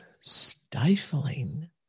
stifling